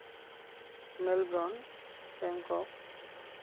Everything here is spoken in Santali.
Melbourne Bangkok